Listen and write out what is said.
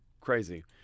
crazy